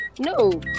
No